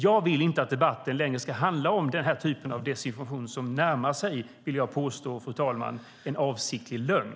Jag vill inte att debatten ska handla om den här typen av desinformation längre. Jag vill påstå, fru talman, att den närmar sig en avsiktlig lögn.